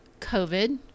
COVID